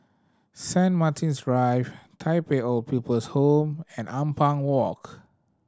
Saint Martin's Drive Tai Pei Old People's Home and Ampang Walk